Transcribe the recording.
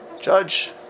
Judge